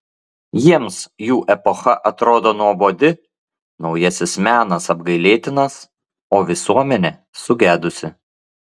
jiems jų epocha atrodo nuobodi naujasis menas apgailėtinas o visuomenė sugedusi